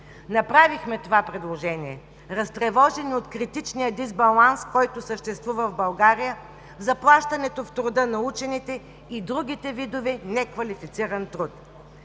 Направихме това предложение, разтревожени от критичния дисбаланс, който съществува в България, заплащането в труда на учените и другите видове неквалифициран труд.